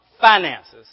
finances